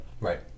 Right